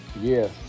Yes